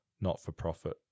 not-for-profit